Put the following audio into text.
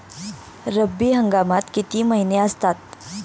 रब्बी हंगामात किती महिने असतात?